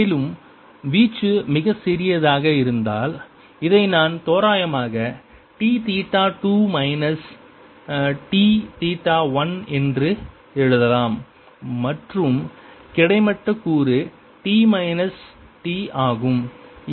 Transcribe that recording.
மேலும் வீச்சு மிகச் சிறியதாக இருந்தால் இதை நான் தோராயமாக T theta 2 minus T theta 1 என்று எழுதலாம் மற்றும் கிடைமட்ட கூறு T மைனஸ் T ஆகும் இது 0 ஆகும்